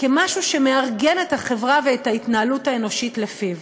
כמשהו שמארגן את החברה ואת ההתנהלות האנושית לפיו,